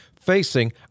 facing